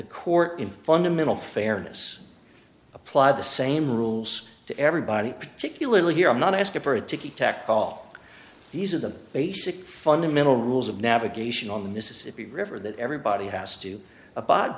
the court in fundamental fairness apply the same rules to everybody particularly here i'm not asking for a ticky tack call these are the basic fundamental rules of navigation on this is the river that everybody has to abide